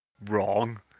wrong